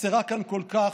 החסרה כאן כל כך,